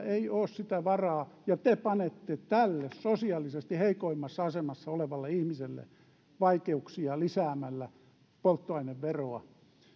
ei ole sellaista varaa ja te aiheutatte tälle sosiaalisesti heikoimmassa asemassa olevalle ihmiselle vaikeuksia lisäämällä polttoaineveroa